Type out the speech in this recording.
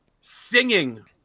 singing